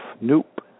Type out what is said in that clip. Nope